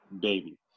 baby